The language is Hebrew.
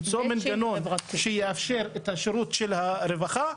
למצוא מנגנון שיאפשר את השירות של הרווחה,